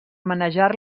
manejar